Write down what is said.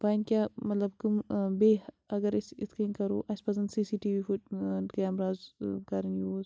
وۄنۍ کیٛاہ مطلب کٕم ٲں بیٚیہِ اگر أسۍ یِتھ کٔنۍ کَرو اسہِ پَزیٚن C C T V fit ٲں کیمراز ٲں کَرٕنۍ یوٗز